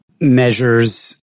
measures